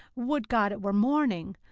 would god it were morning!